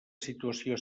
situació